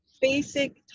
basic